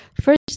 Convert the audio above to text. First